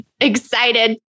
excited